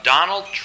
Donald